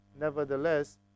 nevertheless